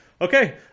Okay